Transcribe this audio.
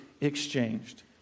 exchanged